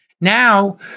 Now